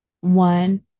one